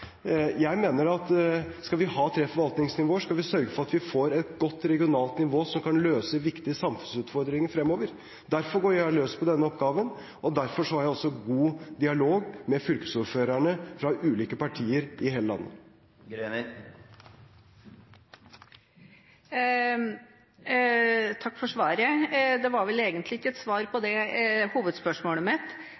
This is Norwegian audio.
Jeg mener at skal vi ha tre forvaltningsnivåer, må vi sørge for at vi får et godt og regionalt nivå som kan løse viktige samfunnsutfordringer fremover. Derfor går jeg løs på denne oppgaven, og derfor har jeg også god dialog med fylkesordførerne fra ulike partier i hele landet. Takk for svaret – det var vel egentlig ikke et svar på